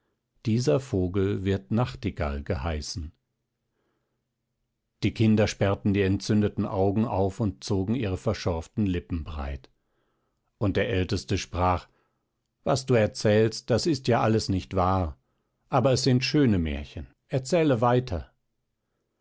dieser vogel wird nachtigall geheißen die kinder sperrten die entzündeten augen auf und zogen die verschorften lippen breit und der älteste sprach was du erzählst das ist ja alles nicht wahr aber es sind schöne märchen erzähle weiter